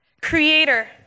Creator